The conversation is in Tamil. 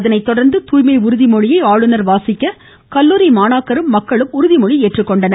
அதனைத்தொடர்ந்து தூய்மை உறுதிமொழியை ஆளுநர் வாசிக்க கல்லூரி மாணாக்கரும் மக்களும் உறுதிமொழி ஏற்றுக்கொண்டனர்